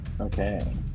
Okay